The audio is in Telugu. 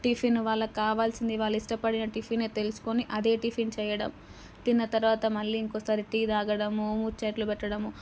టిఫిన్ వాళ్ళకి కావాల్సింది వాళ్ళిష్టపడే టిఫిన్ తెలుసుకుని అదే టిఫిన్ చేయడం తిన్న తర్వాత మళ్ళీ ఇంకోసారి టీ తాగడము ముచ్చట్లు పెట్టడము